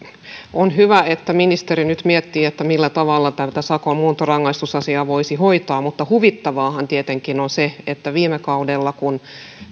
on hyvä että ministeri nyt miettii millä tavalla sakon muuntorangaistusasian voisi hoitaa mutta huvittavaahan tietenkin on se että viime kaudella kun